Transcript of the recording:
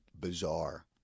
bizarre